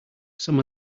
some